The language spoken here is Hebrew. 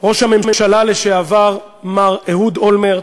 ראש הממשלה לשעבר, מר אהוד אולמרט,